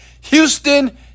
Houston